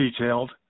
detailed